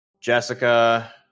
Jessica